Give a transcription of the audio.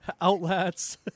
outlets